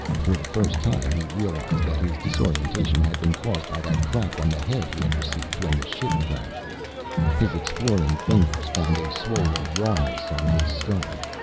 for the first time he realized that his disorientation had been caused by that crack on the head he had received when the ship crashed his exploring fingers found a swollen rawness on his skull.